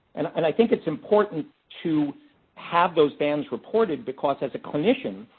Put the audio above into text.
and i think it's important to have those bands reported because, as a clinician,